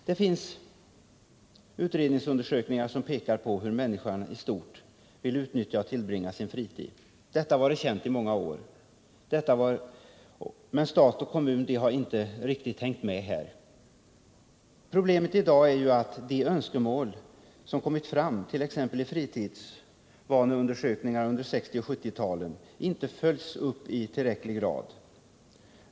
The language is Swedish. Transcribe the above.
Det finns utredningar som pekar på hur människan i stort vill utnyttja och tillbringa sin fritid. Det har varit känt i många år, men staten och kommunerna har inte riktigt hängt med här. Problemet i dag är att de önskemål som kommit fram, t.ex. i fritidsvaneundersökningar under 1960 och 1970-talen, inte följts upp i tillräcklig grad.